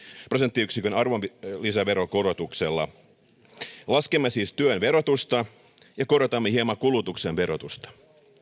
prosenttiyksikön arvonlisäveron korotuksella laskemme siis työn verotusta ja korotamme hieman kulutuksen verotusta